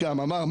יהיה אחראי